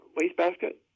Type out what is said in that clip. wastebasket